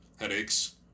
Headache's